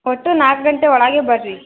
ಒಟ್ಟು ನಾಲ್ಕು ಗಂಟೆ ಒಳಗೆ ಬನ್ರಿ